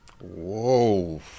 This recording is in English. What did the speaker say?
Whoa